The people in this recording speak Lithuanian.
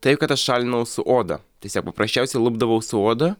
taip kad aš šalinau su oda tiesiog paprasčiausiai lupdavau su odo